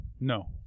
No